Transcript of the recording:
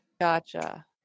gotcha